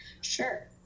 Sure